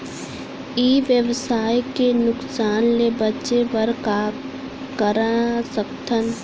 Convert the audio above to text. ई व्यवसाय के नुक़सान ले बचे बर का कर सकथन?